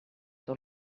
tot